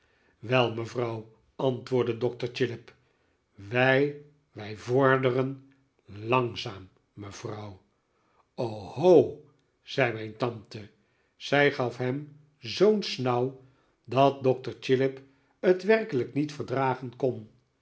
wel mevrouw antwoordde dokter chillip wij wij vorderen langzaam mevrouw zei mijn tante zij gaf hem zoo'n snauw dat dokter chillip het werkelijk niet verdragen kon